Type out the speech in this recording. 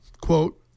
Quote